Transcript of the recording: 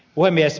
puhemies